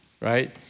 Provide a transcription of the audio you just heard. right